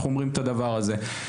אנחנו אומרים את הדבר הזה.